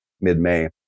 mid-May